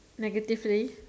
negatively